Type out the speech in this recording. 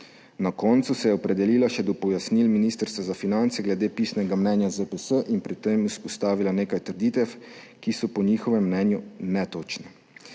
Na koncu se je opredelila še do pojasnil Ministrstva za finance glede pisnega mnenja ZPS in pri tem izpostavila nekaj trditev, ki so po njihovem mnenju netočne.